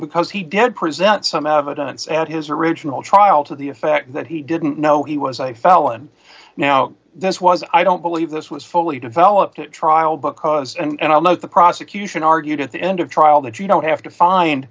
because he dead present some evidence and his original trial to the effect that he didn't know he was a felon now this was i don't believe this was fully developed at trial because and i'll note the prosecution argued at the end of trial that you don't have to find